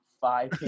five